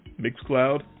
Mixcloud